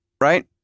right